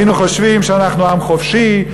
היינו חושבים שאנחנו עם חופשי.